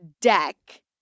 deck